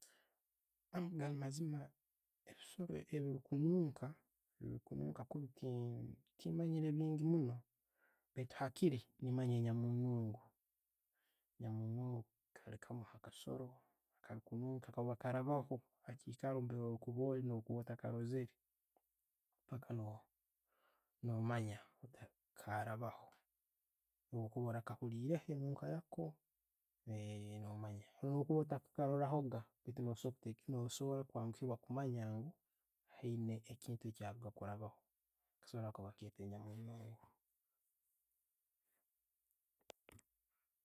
maziima, ebisooro ebilikununka, ebikununka kubi ti, timanyire bingi munno baitu hakali nemanya enyamunungu. Enyamunungu kali ko akasooro akakununka, kaba ne karabaho akiikaro mbeire kubo oli gonza ottakarozere, paka no' no'manya karabaho. Bwo'kuba wakawulireho enuunka yaako, no manya. No'bwokuba ottakarorahoga baitu no'soboora kwangwiiba kumanya ngu ayine ekintu ekyakaruga kurabaho, akasooro ako baketta enyamanungu.